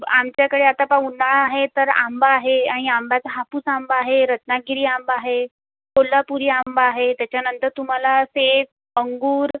आमच्याकडे आता पहा उन्हाळा आहे तर आंबा आहे आणि आंब्याचा हापूस आंबा आहे रत्नागिरी आंबा आहे कोल्हापुरी आंबा आहे त्याच्यानंतर तुम्हाला सेब अंगूर